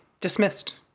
dismissed